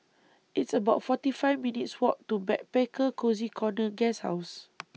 It's about forty five minutes' Walk to Backpacker Cozy Corner Guesthouse